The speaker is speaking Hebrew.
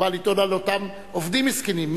הוא בא לטעון על אותם עובדים מסכנים.